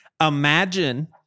Imagine